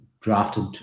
drafted